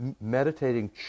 Meditating